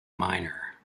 minor